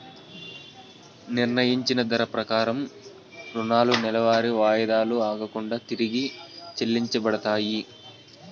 నిర్ణయించిన ధర ప్రకారం రుణాలు నెలవారీ వాయిదాలు ఆగకుండా తిరిగి చెల్లించబడతాయి